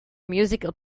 musical